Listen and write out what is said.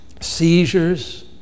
seizures